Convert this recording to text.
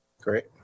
Great